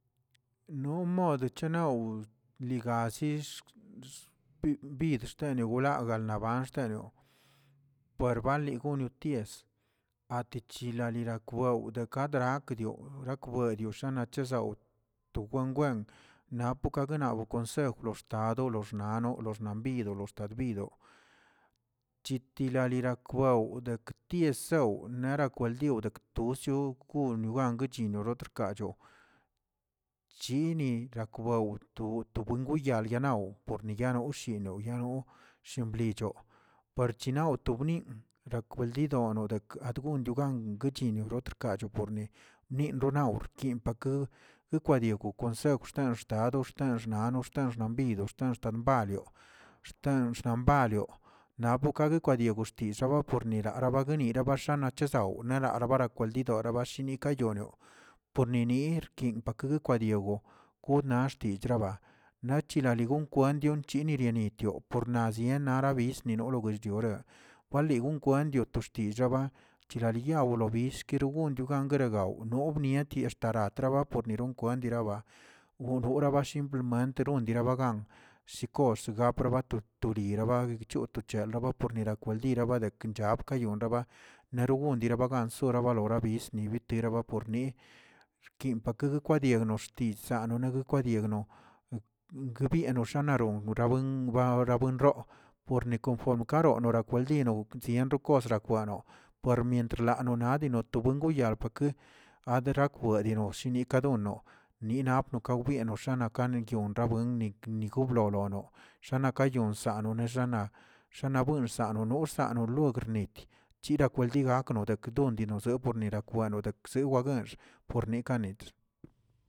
No modəchenaw, ligazix bi- bidxnelgudaa naban xtenio, perbali gonotie atichila larikwow dekadraa kdioꞌ rekwadrio shanachezaoꞌ to wen wen napoke gnaw konsejw lo xtado, lo xnano, lo xnanbidolo, lo xtad bidoꞌ, chitilarikwaw ektiesaw rakweldiodakə gusio gonogan guechinio rotrkacho chini rakwaw to- towen gonyal naw porniyaw sino yano shimplicho parchinaw tobni rakweldido aga gondio gan chinio rotrkacho por ni ninronaur yinꞌ pakə yikwadio konsejw xten xtado, xten xnado, xten xnabido, xten xtanbalioꞌ, xten xnanbalioꞌ, naꞌ bokaguekwadioꞌ kuxtish raba pornila rabaguernila baxaanachezaoꞌ nara ba kwaldido bara bashinika yono, porninir kin pakig padiaw kudnaxtichkidiaba nachiraligonkwenyo chininaritioꞌ por nazien naraꞌa bisninolo gochdiorer wali gon kwendioꞌ to xtichaba chiralchyawlobill kirigonchogan gueregaw nobietnat xtara tara traba pornirong diraba, nora bashim plan manteron dirabagan shikosh gaprobato toriraba gchol to chelaba porniraba pornirakwaldiraba kenchab kayonraba nerógon dirabagan sorabalon bizni biteraba porni, xkin pakwedadiaꞌ noxtichza nogakwediagno, guebia noxanaron abuen rababuenroo, porni konform karoꞌ norakwaldino bienrokosrak kwano pormientr lano nadoli to buen yaal pakə aderakweꞌ no shinikwadonnoꞌ ninap nikawdieno nakaneyon rabuen nigo blolonoꞌ xanakayonsaꞌa wnexanaꞌ xanabuinzaaꞌ no xsanologrnit chirakweldi gakno deke don dino zep pornirakwanio dekzewaguenx porni kanetx.